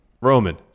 Roman